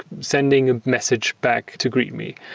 sending a message back to greet me.